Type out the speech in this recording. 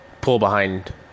pull-behind